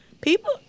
people